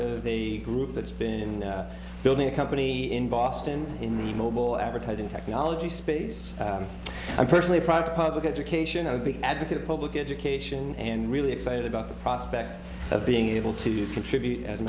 of the group that's been building a company in boston in the mobile advertising technology space i personally pride public education a big advocate of public education and really excited about the prospect of being able to contribute as a